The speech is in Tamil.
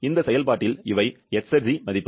இந்த செயல்பாட்டில் இவை எஸ்ர்ஜி மதிப்புகள்